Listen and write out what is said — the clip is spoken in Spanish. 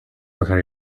bajar